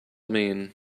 mean